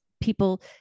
people